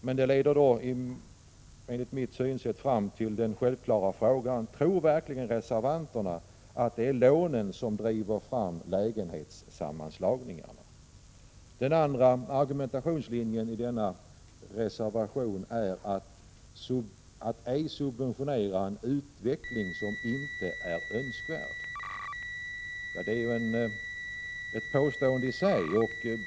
Som jag ser saken föranleder det den självklara frågan: Tror verkligen reservanterna att det är lånen som driver fram lägenhetssammanslagningarna? Den andra argumentationslinjen när det gäller denna reservation är att ej subventionera en utveckling som inte är önskvärd. Ja, det är ju ett påstående i sig.